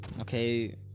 Okay